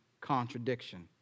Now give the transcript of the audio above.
contradiction